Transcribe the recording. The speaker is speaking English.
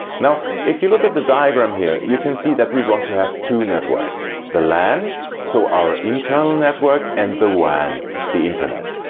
now if you look at the diagram here, you can see that we want to have two networks. the lan so our internal network and the wan the internet.